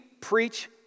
preach